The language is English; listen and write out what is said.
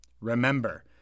Remember